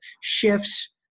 shifts